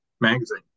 magazine